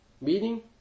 Meaning